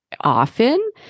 often